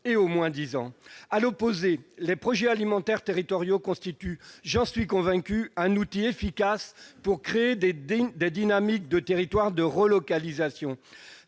et au moins-disant. À l'opposé, les projets alimentaires territoriaux constituent, j'en suis convaincu, un outil efficace pour créer des dynamiques de relocalisation.